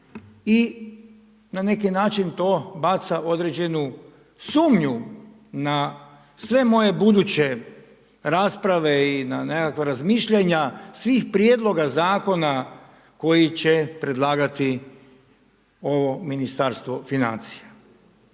i na neki način to baca određenu sumnju na sve moje buduće rasprave i na nekakva razmišljanja svih prijedloga zakona koji će predlagati ovo Ministarstvo financija.